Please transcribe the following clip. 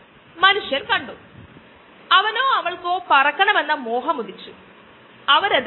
അതിനാൽ മറ്റൊരു രീതിയും അറിയാത്തപ്പോൾ ഇൻസുലിൻ ലഭിക്കാൻ എന്താണ് ചെയ്യേണ്ടതെന്ന് നമുക്ക് ചിന്തിക്കാം